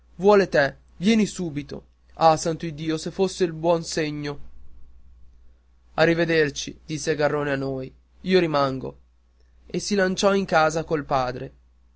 vuole te vieni subito ah santo iddio se fosse un buon segno a rivederci disse garrone a noi io rimango e si lanciò in casa col padre